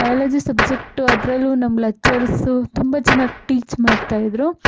biology subject ಅದರಲ್ಲೂ ನಮ್ಮ lecturers ತುಂಬ ಚೆನ್ನಾಗಿ ಟೀಚ್ ಮಾಡ್ತ ಇದ್ದರು